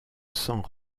sans